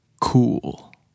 cool